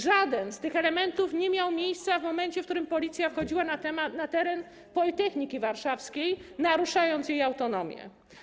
Żaden z tych elementów nie pojawił się w momencie, w którym policja wchodziła na teren Politechniki Warszawskiej, naruszając jej autonomię.